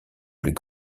plus